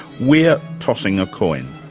we're tossing a coin.